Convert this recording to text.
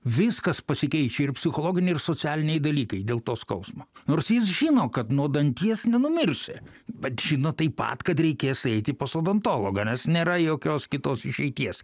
viskas pasikeičia ir psichologiniai ir socialiniai dalykai dėl to skausmo nors jis žino kad nuo danties nenumirsi bet žino taip pat kad reikės eiti pas odontologą nes nėra jokios kitos išeities